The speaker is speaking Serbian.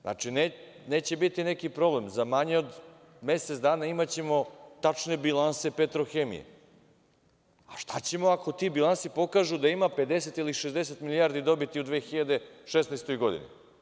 Znači, neće biti neki problem, za manje od mesec dana imaćemo tačne bilanse „Petrohemije“, a šta ćemo ako ti bilansi pokažu da ima 50 ili 60 milijardi dobiti u 2016. godini?